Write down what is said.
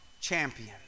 champion